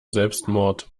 selbstmord